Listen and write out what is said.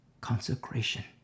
consecration